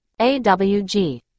awg